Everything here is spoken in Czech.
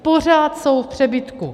Pořád jsou v přebytku.